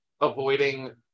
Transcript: avoiding